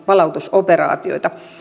palautusoperaatioita